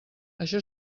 això